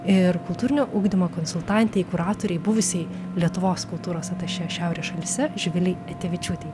ir kultūrinio ugdymo konsultantei kuratorei buvusiai lietuvos kultūros atašė šiaurės šalyse živilei etevičiūtei